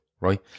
Right